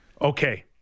Okay